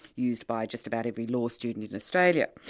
used by just about every law student in australia.